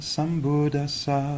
Sambuddhasa